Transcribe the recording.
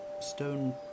stone